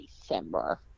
December